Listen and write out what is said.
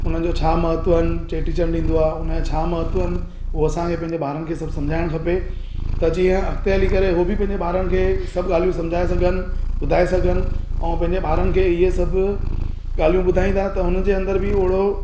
उन्हनि जो छा महत्त्व आहिनि चेटी चंड ईंदो आहे उन जो छा महत्त्व आहिनि उहो असांखे पंहिंजे ॿारनि खे सभु सम्झाइणु खपे त जीअं अॻिते हली करे उहे बि पंहिंजे ॿारनि खे सभु ॻाल्हियूं सम्झाए सघियूं आहिनि ॿुधाए सघियूं आहिनि ऐं पंहिंजे ॿारनि खे इहे सभु ॻाल्हियूं ॿुधाईंदा त हुन जे अंदर बि ओड़ो